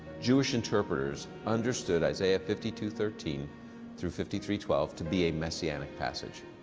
jewish interpreters understood isaiah fifty two thirteen through fifty three twelve to be a messianic passage.